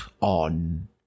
on